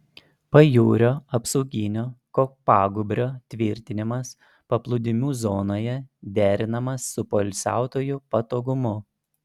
pajūrio apsauginio kopagūbrio tvirtinimas paplūdimių zonoje derinamas su poilsiautojų patogumu